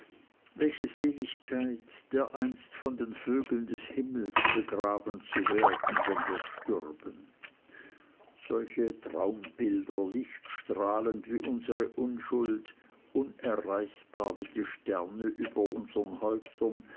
welche seligkeit dereinst von den vögeln des himmels begraben zu werden wenn wir stürben solche traumbilder lichtstrahlend wie unsere unschuld unerreichbar wie die sterne über unsern häuptern